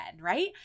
right